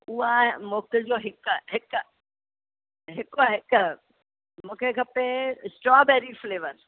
उहा मोकिलिजो हिकु हिकु हिकु हिकु हिकु मूंखे खपे स्ट्रॉबेरी फ्लेवर